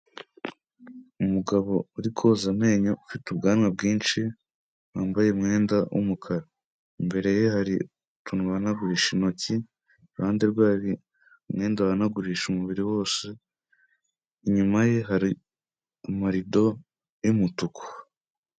Umugabo urikoza amenyo ufite ubwanwa bwinshi wambaye umwenda w'umukara. Imbere ye hari untu bahanagurisha intoki. Iruhande rwe umwenda bahanagurisha umubiri wose. Inyuma ye hari amarido y'umutuku.